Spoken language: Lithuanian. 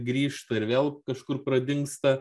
grįžta ir vėl kažkur pradingsta